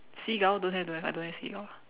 seagull don't have don't have I don't have seagull